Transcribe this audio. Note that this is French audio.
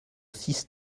six